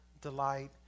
delight